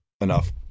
enough